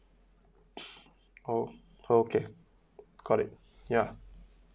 o~ okay correct ya